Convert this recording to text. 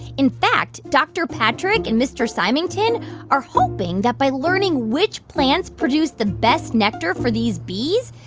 in fact, dr. pattrick and mr. symington are hoping that by learning which plants produce the best nectar for these bees,